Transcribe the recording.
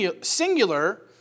singular